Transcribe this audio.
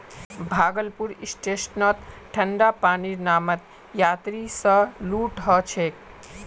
भागलपुर स्टेशनत ठंडा पानीर नामत यात्रि स लूट ह छेक